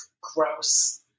Gross